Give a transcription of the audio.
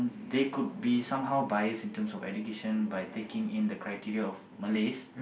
they could be somehow biased in terms of eduction by taking in the criteria of Malays